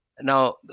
Now